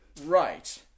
Right